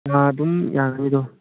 ꯑꯥ ꯑꯗꯨꯝ ꯌꯥꯅꯤ ꯑꯗꯣ